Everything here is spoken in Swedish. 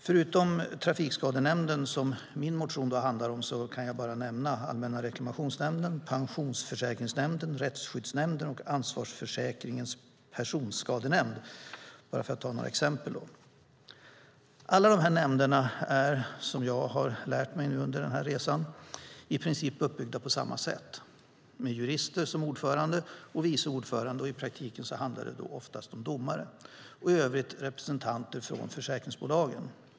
Förutom Trafikskadenämnden, som min motion handlar om, kan jag nämna Allmänna reklamationsnämnden, Pensionsförsäkringsnämnden, Rättsskyddsnämnden och Ansvarsförsäkringens personskadenämnd, bara för att ta några exempel. Alla de här nämnderna är, som jag har lärt mig under den här resan, i princip uppbyggda på samma sätt, med jurister som ordförande och vice ordförande - i praktiken handlar det då oftast om domare - och i övrigt representanter från försäkringsbolagen.